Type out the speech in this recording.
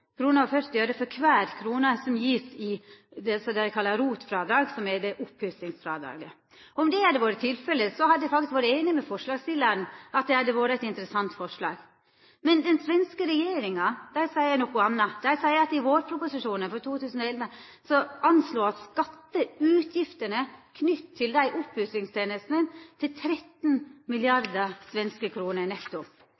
for kvar krone som vert gjeven i det dei kallar ROT-frådrag, som er oppussingsfrådrag. Om det hadde vore tilfellet, hadde eg faktisk vore einig med forslagsstillarane i at det hadde vore eit interessant forslag. Men den svenske regjeringa seier noko anna. Dei seier i vårproposisjonen for 2011 at skatteutgiftene knytte til opppussingstenestene vert rekna til 13